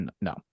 No